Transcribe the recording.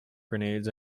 grenades